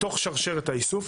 בתוך שרשרת האיסוף,